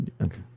okay